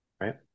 right